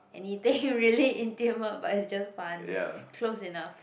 anything really intimate but it's just funny close enough